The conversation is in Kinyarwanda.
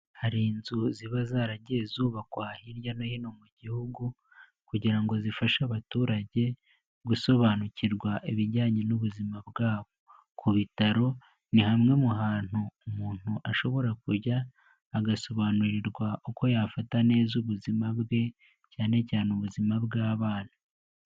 Hari inzu ziba zaragiye zubakwa hirya no hino mu gihugu, kugira ngo zifashe abaturage, gusobanukirwa ibijyanye n'ubuzima bwabo. Ku bitaro ni hamwe mu hantu umuntu ashobora kujya agasobanurirwa, uko yafata neza ubuzima bwe, cyane cyane ubuzima bw'abana.